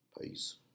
Peace